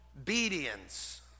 obedience